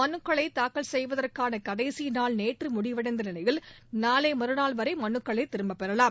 மனுக்களை தாக்கல் செய்வதற்கான கடைசி நாள் நேற்று முடிவளடந்த நிலையில் நாளை மறுநாள் வரை மனுக்களை திரும்ப பெறலாம்